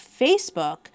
Facebook